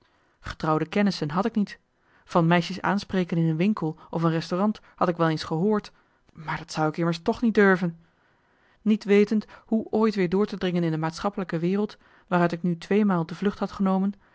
getrouwde kennissen had ik niet van meisjes aanspreken in een winkel of een restaurant had ik wel eens gehoord maar dat zou ik immers toch niet durven niet wetend hoe ooit weer door te dringen in de maatschappelijke wereld waaruit ik nu tweemaal de vlucht had genomen